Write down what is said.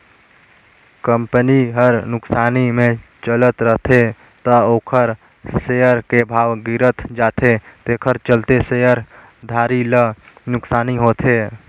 company हर नुकसानी मे चलत रथे त ओखर सेयर के भाव गिरत जाथे तेखर चलते शेयर धारी ल नुकसानी होथे